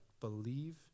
believe